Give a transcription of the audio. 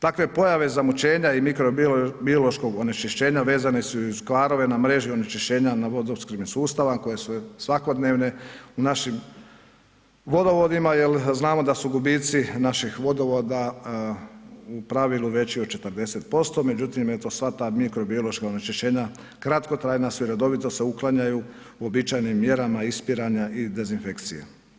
Takve pojave zamućenja i mikrobiološkog onečišćenja vezane su i uz kvarove na mreži onečišćenja na vodoopskrbni sustav a koje su svakodnevne u našim vodovodima jer znamo da su gubici naših vodovoda u pravilu veći od 40% međutim eto sva ta mikrobiološka onečišćenja kratkotrajna su i redovito se uklanjaju uobičajenim mjerama ispiranja i dezinfekcije.